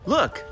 Look